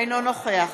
אינו נוכח